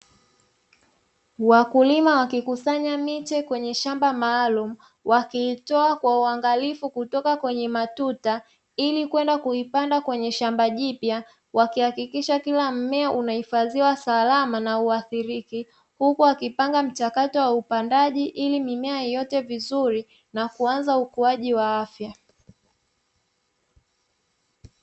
Wakulima wakikusanya miche kwenye shamba maalumu, wakiitoa kwa uangalifu kutoka kwenye matuta ili kwenda kuipanda kwenye shamba jipya. Wakihakikisha kila mmea unahifadhiwa salama na hauathiriki, huku wakipanga mchakato wa upandaji ili mimea iote vizuri na kuanza ukuaji wa afya.